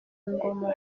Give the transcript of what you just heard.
ngoma